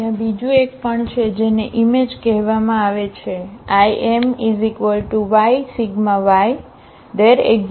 ત્યાં બીજું એક પણ છે જેને ઈમેજ કહેવામાં આવે છે Imy∈Ythereexistsx∈XforwhichFxy